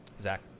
Zach